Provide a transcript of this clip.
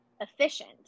efficient